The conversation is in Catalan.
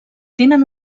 tenen